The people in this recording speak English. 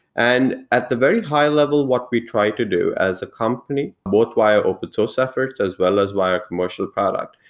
and at the very high level, what we try to do as a company, both via open-source efforts as well as via commercial product,